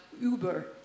Uber